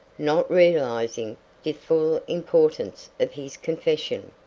not realizing the full importance of his confession.